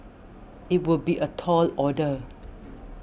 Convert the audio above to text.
it would be a tall order